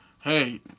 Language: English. hey